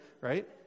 Right